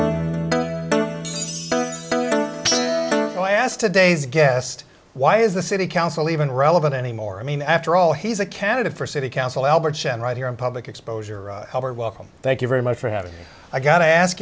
asked today's guest why is the city council even relevant anymore i mean after all he's a candidate for city council albert chen right here in public exposure welcome thank you very much for having me i got to ask